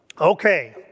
Okay